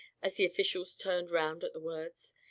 as the officials turned round at the words.